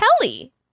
Kelly